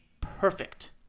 perfect